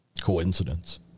coincidence